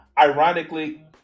Ironically